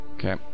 Okay